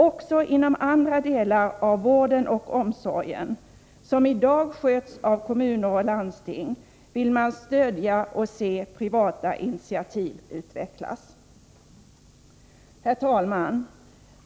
Också inom andra delar av vården och omsorgen som i dag sköts av kommuner och landsting vill man stödja privata initiativ och se dem utvecklas. Herr talman!